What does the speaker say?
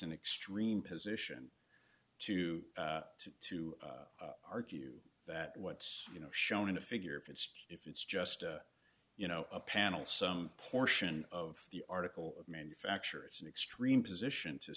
an extreme position to to to argue that what's you know shown in the figure if it's if it's just you know a panel some portion of the article manufacturers an extreme position to